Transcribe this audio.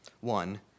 One